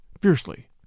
fiercely